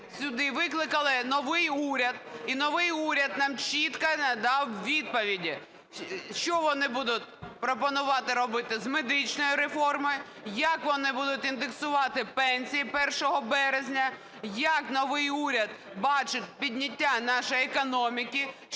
сюди викликали новий уряд і новий уряд нам чітко надав відповіді, що вони будуть пропонувати робити з медичною реформою, як вони будуть індексувати пенсії 1 березня, як новий уряд бачить підняття нашої економіки,